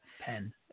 pen